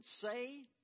say